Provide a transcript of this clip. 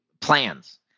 plans